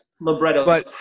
libretto